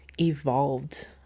evolved